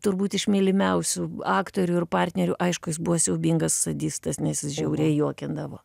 turbūt iš mylimiausių aktorių ir partnerių aišku jis buvo siaubingas sadistas nes jis žiauriai juokindavo